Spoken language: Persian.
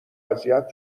اذیت